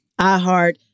iHeart